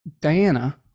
Diana